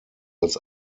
als